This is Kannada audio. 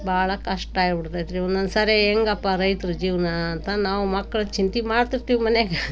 ಭಾಳ ಕಷ್ಟ ಆಗ್ಬಿಡ್ತದೆ ರೀ ಒಂದೊಂದುಸಾರಿ ಹೇಗಪ್ಪಾ ರೈತ್ರ ಜೀವನ ಅಂತ ನಾವು ಮಕ್ಳದ್ದು ಚಿಂತೆ ಮಾಡ್ತಿರ್ತೀವಿ ಮನೆಯಾಗ